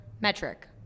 metric